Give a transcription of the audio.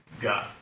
got